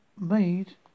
made